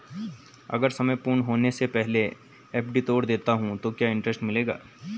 अगर समय पूर्ण होने से पहले एफ.डी तोड़ देता हूँ तो क्या इंट्रेस्ट मिलेगा?